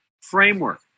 framework